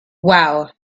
wow